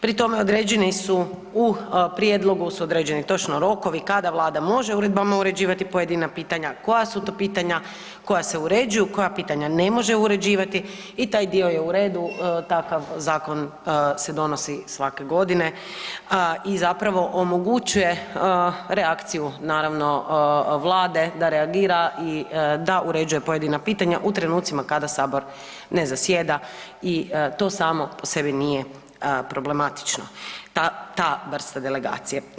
Pri tome određeni su, u prijedlogu su određeni točno rokovi kada može vlada uredbama uređivati pojedina pitanja, koja su to pitanja koja se uređuju, koja pitanja ne može uređivati i taj dio je u redu, takav zakon se donosi svake godine i zapravo omogućuje reakciju naravno vlade da reagira i da uređuje pojedina pitanja u trenucima kada sabor ne zasjeda i to samo po sebi nije problematično ta, ta vrsta delegacije.